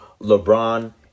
LeBron